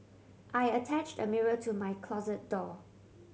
I attached a mirror to my closet door